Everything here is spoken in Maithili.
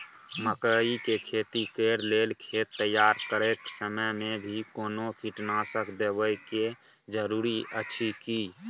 मकई के खेती कैर लेल खेत तैयार करैक समय मे भी कोनो कीटनासक देबै के जरूरी अछि की?